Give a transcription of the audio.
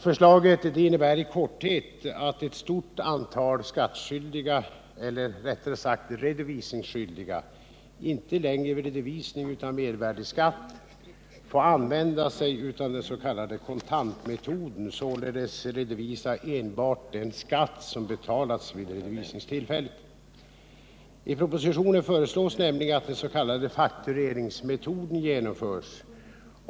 Förslaget innebär i korthet att ett stort antal skattskyldiga -— eller rättare sagt redovisningsskyldiga — inte längre vid redovisning av mervärdeskatt får använda sig av den s.k. kontantmetoden, således redovisa enbart den skatt som betalats vid redovisningstillfället. I propositionen föreslås nämligen att den s.k. faktureringsmetoden genomförs.